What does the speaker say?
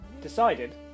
Decided